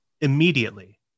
immediately